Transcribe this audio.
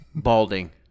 Balding